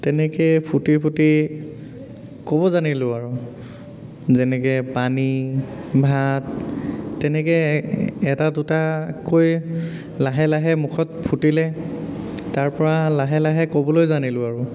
তেনেকেই ফুটি ফুটি ক'ব জানিলোঁ আৰু যেনেকৈ পানী ভাত তেনেকৈ এটা দুটাকৈ লাহে লাহে মুখত ফুটিলে তাৰ পৰা লাহে লাহে ক'বলৈ জানিলোঁ আৰু